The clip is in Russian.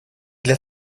для